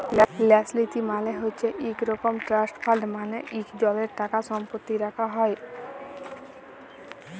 ল্যাস লীতি মালে হছে ইক রকম ট্রাস্ট ফাল্ড মালে ইকজলের টাকাসম্পত্তি রাখ্যা হ্যয়